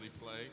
play